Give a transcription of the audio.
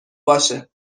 باشه